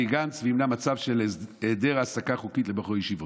גנץ וימנע מצב של היעדר הסדרה חוקית לבחורי ישיבות?